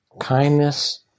Kindness